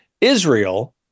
Israel